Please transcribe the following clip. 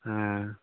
ꯑꯥ